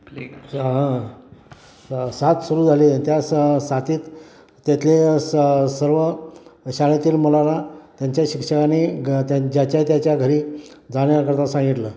प्लेगचा स साथ सुरू झाले त्या स साथीत त्यातले सा सर्व शाळेतील मुलाला त्यांच्या शिक्षकांनी ग त्या ज्याच्या त्याच्या घरी जाण्याकरता सांगितलं